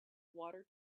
water